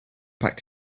packed